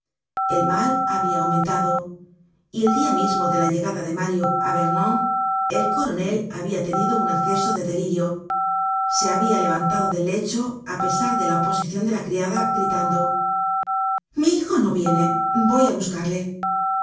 el mal habia aumentado y el dia mismo de la llegada de mario á vernon el coronel habia tenido un acceso de delirio se habia levantado del lecho á pesar de la oposicion de la criada gritando mi hijo no viene voy á buscarle